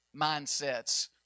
Mindsets